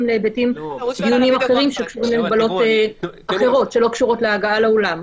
להיבטים דיוניים אחרים שקשורים למגבלות אחרות שלא קשורות להגעה לאולם.